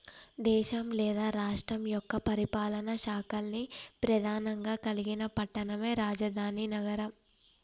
దేశం లేదా రాష్ట్రం యొక్క పరిపాలనా శాఖల్ని ప్రెధానంగా కలిగిన పట్టణమే రాజధాని నగరం